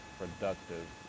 productive